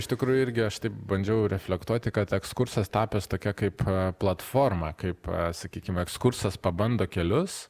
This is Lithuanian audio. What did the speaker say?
iš tikrųjų irgi aš taip bandžiau reflektuoti kad ekskursas tapęs tokia kaip platforma kaip sakykime ekskursas pabando kelius